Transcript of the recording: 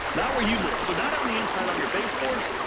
not where you live. so not on the inside on your baseboards.